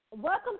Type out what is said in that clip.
Welcome